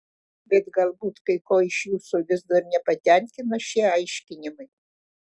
bet galbūt kai ko iš jūsų vis dar nepatenkina šie aiškinimai